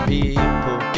People